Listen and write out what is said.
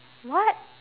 what